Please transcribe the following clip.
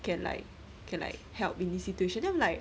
can like can like help in this situation then I'm like